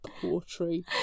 Poetry